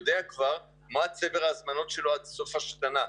יודע כבר מה צבר ההזמנות שלו עד סוף השנה.